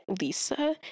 Lisa